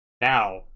Now